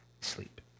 sleep